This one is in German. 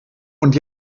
und